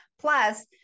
Plus